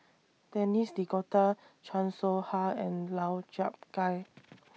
Denis D'Cotta Chan Soh Ha and Lau Chiap Khai